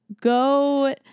go